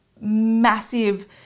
massive